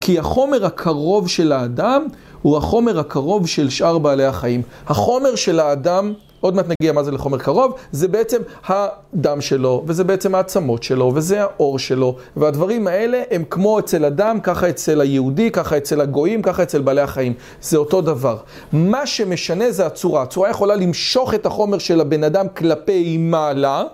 כי החומר הקרוב של האדם, הוא החומר הקרוב של שאר בעלי החיים. החומר של האדם, עוד מעט נגיע מה זה לחומר קרוב, זה בעצם הדם שלו, וזה בעצם העצמות שלו, וזה העור שלו. והדברים האלה הם כמו אצל אדם, ככה אצל היהודי, ככה אצל הגויים, ככה אצל בעלי החיים. זה אותו דבר. מה שמשנה זה הצורה, הצורה יכולה למשוך את החומר של הבן אדם כלפי מעלה.